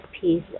piece